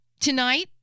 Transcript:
Tonight